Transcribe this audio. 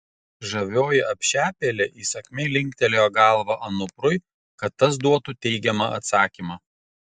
žavioji apšepėlė įsakmiai linktelėjo galva anuprui kad tas duotų teigiamą atsakymą